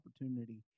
opportunity